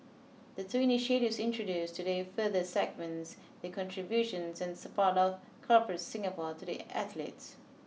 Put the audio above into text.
the two initiatives introduced today further segments the contribution and support of Corporate Singapore to the athletes